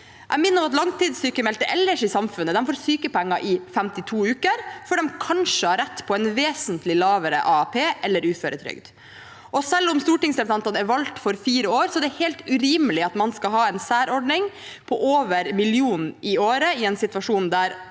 Jeg minner om at langtidssykmeldte ellers i samfunnet får sykepenger i 52 uker før de kanskje har rett på en vesentlig lavere AAP eller uføretrygd. Selv om stortingsrepresentantene er valgt for fire år, er det helt urimelig at man skal ha en særordning på over 1 mill. kr i året i en situasjon der